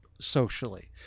socially